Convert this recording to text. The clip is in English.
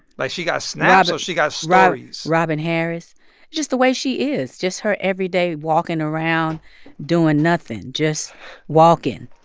like, she got snaps or she got stories. robin harris. it's just the way she is, just her everyday walking around doing nothing, just walking.